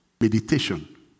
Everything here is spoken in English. Meditation